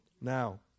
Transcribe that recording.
Now